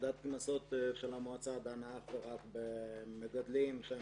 ועדת הקנסות של המועצה דנה אך ורק במגדלים שהם